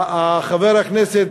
חבר הכנסת,